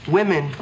Women